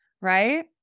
right